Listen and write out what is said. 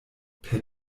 per